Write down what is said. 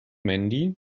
mandy